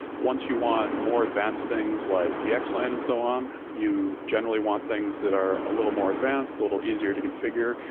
once you want more advanced things like vxlan and so on, you generally want things that are a little more advanced, a little easier to conf igure,